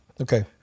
Okay